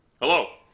Hello